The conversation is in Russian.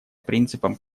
принципом